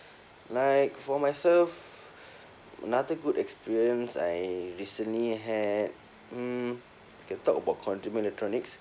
like for myself another good experience I recently had mm can talk about consumer electronics